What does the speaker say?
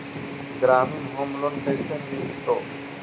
ग्रामीण home loan कैसे मिलतै?